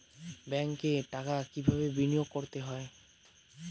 ব্যাংকে টাকা কিভাবে বিনোয়োগ করতে হয়?